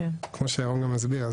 כמו שירום גם הסביר.